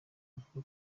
avuga